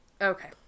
Okay